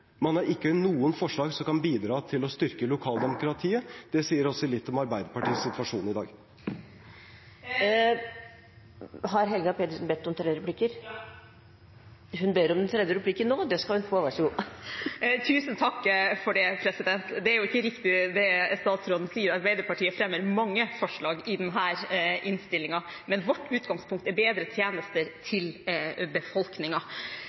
Man har ikke noen forslag som kan bidra til å styrke lokaldemokratiet. Det sier også litt om Arbeiderpartiets situasjon i dag. Har Helga Pedersen bedt om tre replikker? Ja. Hun ber om den tredje replikken nå. Det skal hun få, vær så god. Tusen takk for det, president! Det er ikke riktig, det som statsråden sier. Arbeiderpartiet fremmer mange forslag i denne innstillingen – alene og sammen med andre – men vårt utgangspunkt er bedre tjenester til